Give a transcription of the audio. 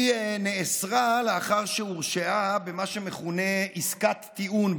היא נאסרה לאחר שהורשעה במה שמכונה "עסקת טיעון",